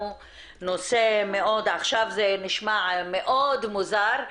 עכשיו זה נשמע מאוד מוזר,